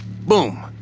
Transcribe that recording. Boom